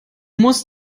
musst